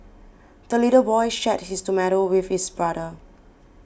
the little boy shared his tomato with his brother